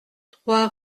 trois